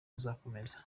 buzakomeza